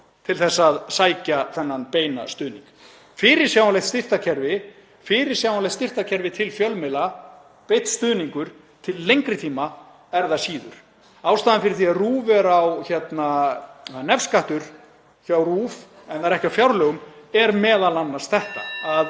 til að sækja þennan beina stuðning. Fyrirsjáanlegt styrktarkerfi til fjölmiðla, beinn stuðningur til lengri tíma er það síður. Ástæðan fyrir því að það er nefskattur hjá RÚV en það er ekki á fjárlögum er m.a.